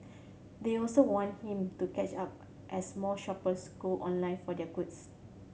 they also want him to catch up as more shoppers go online for their goods